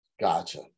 Gotcha